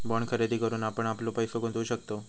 bond खरेदी करून आपण आपलो पैसो गुंतवु शकतव